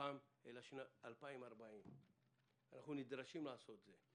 בתוכן אלא 2040. אנחנו נדרשים לעשות את זה.